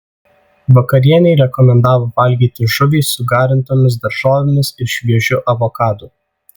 vakarienei rekomendavo valgyti žuvį su garintomis daržovėmis ir šviežiu avokadu